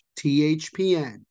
THPN